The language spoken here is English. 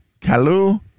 Kalu